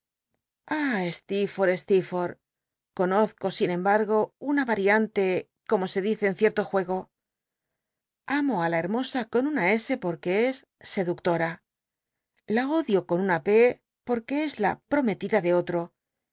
steerfortb conozco sin emhargo una variante como se dice en cicrto juego amo á la hermosa con una s porque es seductora la odio con una p porc ue es la prometida de otro